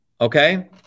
Okay